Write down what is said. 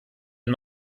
den